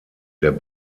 der